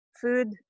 food